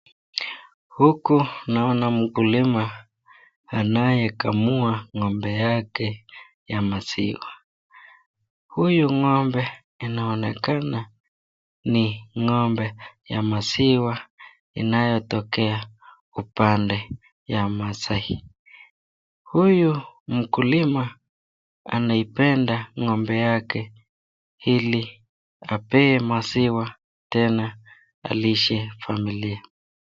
Huku naona mkulima anayekamua ng'ombe yake ya maziwa. Huyu ng'ombe inaonekana ni ng'ombe ya maziwa inayotokea upande ya Masai. Huyu mkulima anaipenda ng'ombe yake ili apewe maziwa tena alishe familia.